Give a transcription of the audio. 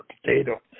potato